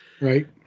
right